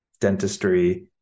dentistry